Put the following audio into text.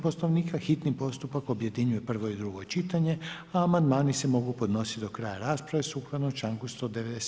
Poslovnika hitni postupak objedinjuje prvo i drugo čitanje, a amandmani se mogu podnositi do kraja rasprave sukladno članku 197.